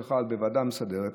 שהוחל בוועדה המסדרת,